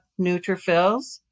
neutrophils